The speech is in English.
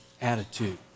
attitude